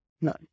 No